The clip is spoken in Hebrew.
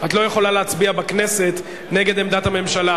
בבקשה,